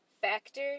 factor